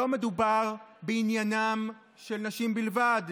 לא מדובר בעניינן של נשים בלבד.